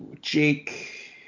Jake